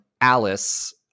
Alice